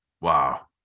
Wow